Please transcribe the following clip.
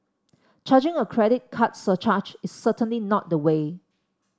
charging a credit card surcharge is certainly not the way